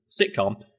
sitcom